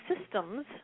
systems